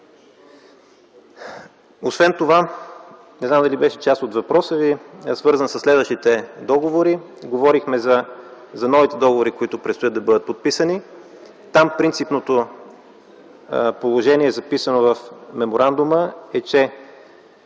Освен това, не знам дали това беше част от въпроса Ви, ще кажа за следващите договори. Говорим за новите договори, които предстоят да бъдат подписани. Там принципното положение, записано в меморандума, е, че